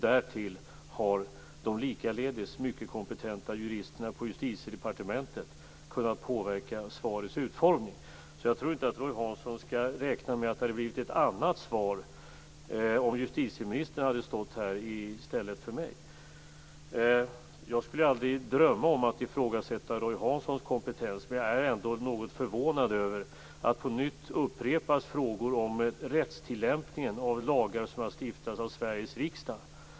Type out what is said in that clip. Därtill har de likaledes mycket kompetenta juristerna på Justitiedepartementet kunnat påverka svarets utformning. Jag tror inte att Roy Hansson skall räkna med att det hade blivit ett annat svar om justitieministern hade stått här i stället för mig. Jag skulle aldrig drömma om att ifrågasätta Roy Hanssons kompetens, men jag är ändå något förvånad över att han på nytt upprepar frågorna om rättstillämpningen av lagar som har stiftats av Sveriges riksdag.